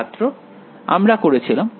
ছাত্র আমরা করেছিলাম